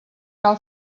cal